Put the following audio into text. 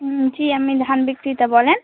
জি আমি ধান বিক্রেতা বলেন